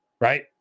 right